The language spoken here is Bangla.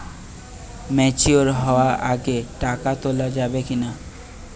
ম্যাচিওর হওয়ার আগে টাকা তোলা যাবে কিনা?